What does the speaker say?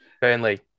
Burnley